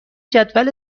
جدول